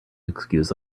excuse